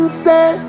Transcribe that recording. say